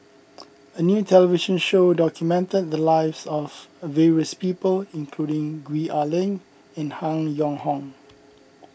a new television show documented the lives of various people including Gwee Ah Leng and Han Yong Hong